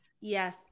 yes